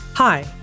Hi